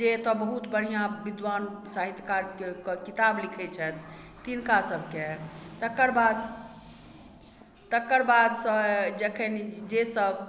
जे एतऽ बहुत बढ़िआँ विद्वान साहित्यकार किताब लिखय छथि तिनका सबके तकरबाद तकरबाद से जखन जे सब